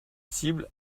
cible